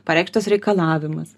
pareikštas reikalavimas